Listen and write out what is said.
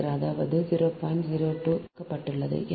02 metre கொடுக்கப்பட்டுள்ளது